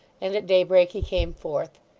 and at daybreak he came forth.